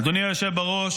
אדוני היושב בראש,